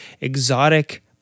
exotic